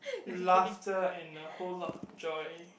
laughter and a whole of joy